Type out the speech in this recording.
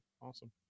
Awesome